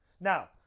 Now